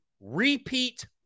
repeat